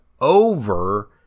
over